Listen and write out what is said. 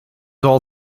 all